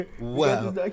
Wow